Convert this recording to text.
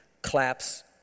claps